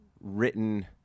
written